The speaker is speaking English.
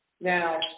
Now